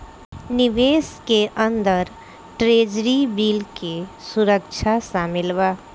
निवेश के अंदर ट्रेजरी बिल के सुरक्षा शामिल बा